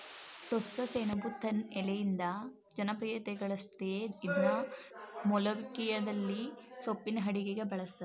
ಟೋಸ್ಸಸೆಣಬು ತನ್ ಎಲೆಯಿಂದ ಜನಪ್ರಿಯತೆಗಳಸಯ್ತೇ ಇದ್ನ ಮೊಲೋಖಿಯದಲ್ಲಿ ಸೊಪ್ಪಿನ ಅಡುಗೆಗೆ ಬಳುಸ್ತರೆ